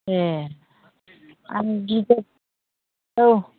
एह आं गिदिर औ